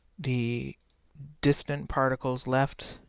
the distant particles left,